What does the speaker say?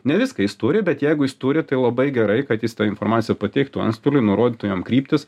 ne viską jis turi bet jeigu jis turi tai labai gerai kad jis tą informaciją pateiktų antstoliui nurodytų jam kryptis